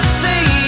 see